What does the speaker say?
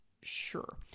Sure